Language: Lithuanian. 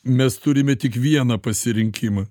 mes turime tik vieną pasirinkimą